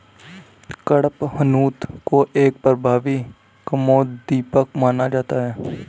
कडपहनुत को एक प्रभावी कामोद्दीपक माना जाता है